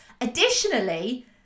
additionally